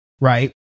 Right